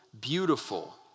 beautiful